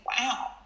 wow